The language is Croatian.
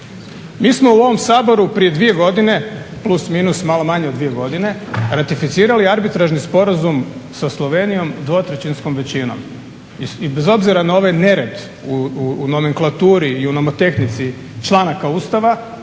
Mi smo u ovom Saboru prije dvije godine, plus, minus malo manje od dvije godine ratificirali Arbitražni sporazum sa Slovenijom dvotrećinskom većinom. I bez obzira na ovaj nered u nomenklaturi i u nomotehnici članaka Ustava